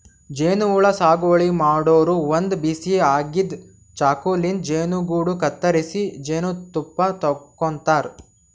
ಜೇನಹುಳ ಸಾಗುವಳಿ ಮಾಡೋರು ಒಂದ್ ಬಿಸಿ ಆಗಿದ್ದ್ ಚಾಕುಲಿಂತ್ ಜೇನುಗೂಡು ಕತ್ತರಿಸಿ ಜೇನ್ತುಪ್ಪ ತಕ್ಕೋತಾರ್